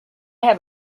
have